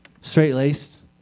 straight-laced